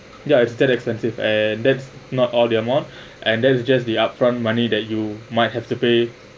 ya instead expensive and that's not all the amount and that is just the upfront money that you might have to pay